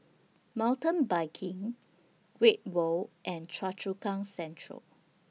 Mountain Biking Great World and Choa Chu Kang Central